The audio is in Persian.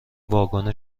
واگن